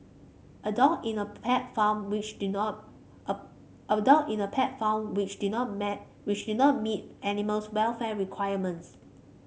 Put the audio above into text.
a dog in a pet farm which did not a a dog in a pet farm which did not man which did not meet animals welfare requirements